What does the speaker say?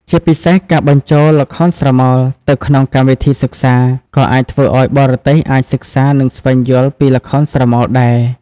ជាពិសេសការបញ្ចូលល្ខោនស្រមោលទៅក្នុងកម្មវិធីសិក្សាក៏អាចធ្វើឲ្យបរទេសអាចសិក្សា និងស្វែងយល់ពីល្ខោនស្រមោលដែរ។